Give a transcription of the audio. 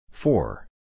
Four